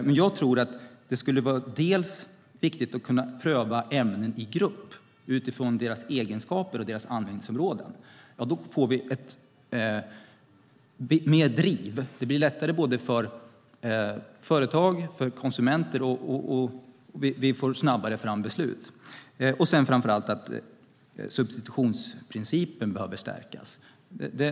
Men jag tror att det skulle vara viktigt att kunna pröva ämnen i grupp utifrån deras egenskaper och användningsområden. Då får vi mer driv, och det blir lättare både för företag och för konsumenter, och vi får snabbare fram beslut. Framför allt behöver substitutionsprincipen stärkas.